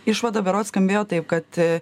išvada berods skambėjo taip kad